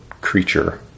creature